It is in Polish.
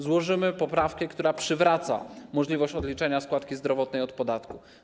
Złożymy poprawkę, która przywraca możliwość odliczenia składki zdrowotnej od podatku.